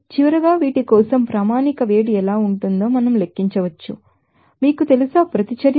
కాబట్టి చివరగా వీటి కోసం స్టాండర్డ్ హీట్ ఎలా ఉండాలో మనం లెక్కించవచ్చు మీకు తెలుసా ప్రతిచర్య